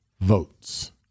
votes